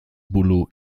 bólu